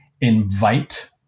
invite